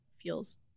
feels